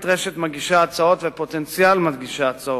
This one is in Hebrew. רשת מגישי ההצעות ואת פוטנציאל מגישי ההצעות.